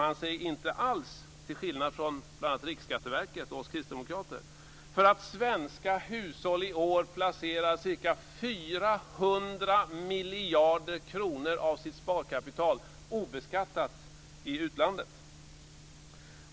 Men till skillnad från bl.a. Riksskatteverket och oss kristdemokrater oroar han sig inte alls för att svenska hushåll i år placerar ca 400 miljarder kronor av sitt sparkapital obeskattat i utlandet.